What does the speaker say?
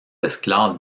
esclaves